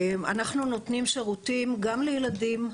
אנחנו נותנים שירותים גם לילדים,